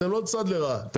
אתם לא צד לרעה,